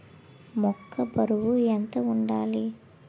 మొక్కొ బరువు ఎంత వుండాలి?